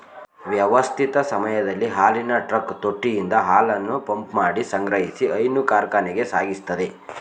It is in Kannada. ವ್ಯವಸ್ಥಿತ ಸಮಯದಲ್ಲಿ ಹಾಲಿನ ಟ್ರಕ್ ತೊಟ್ಟಿಯಿಂದ ಹಾಲನ್ನು ಪಂಪ್ಮಾಡಿ ಸಂಗ್ರಹಿಸಿ ಹೈನು ಕಾರ್ಖಾನೆಗೆ ಸಾಗಿಸ್ತದೆ